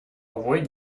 avoid